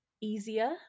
easier